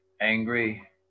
angry